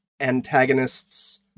antagonists